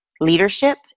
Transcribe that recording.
leadership